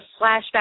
flashback